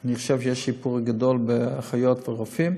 אני חושב שיש שיפור גדול במספר האחיות והרופאים,